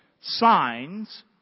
signs